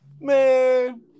Man